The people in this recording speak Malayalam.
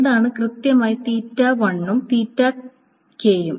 എന്താണ് കൃത്യമായി ഉം ഉം